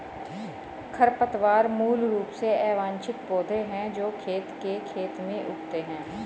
खरपतवार मूल रूप से अवांछित पौधे हैं जो खेत के खेत में उगते हैं